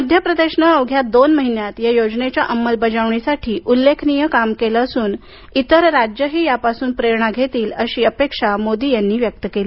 मध्य प्रदेशने अवघ्या दोन महिन्यात या योजनेच्या अंमलबजावणीसाठी उल्लेखनीय काम केले असून इतर राज्येही यापासून प्रेरणा घेतील अशी अपेक्षा त्यांनी व्यक्त केली